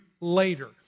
later